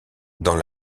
dans